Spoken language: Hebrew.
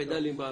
פדלים באוויר.